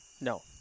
No